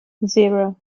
zero